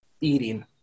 eating